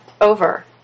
over